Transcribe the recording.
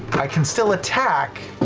i can still attack